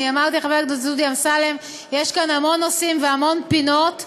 אני אמרתי לחבר הכנסת דודי אמסלם שיש כאן המון נושאים והמון פינות.